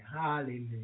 hallelujah